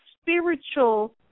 spiritual